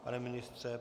Pane ministře?